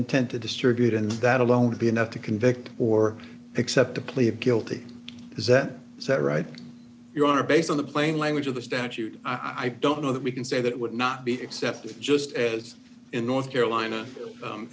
intent to distribute and that alone would be enough to convict or accept a plea of guilty is that is that right your honor based on the plain language of the statute i don't know that we can say that it would not be accepted just as in north carolina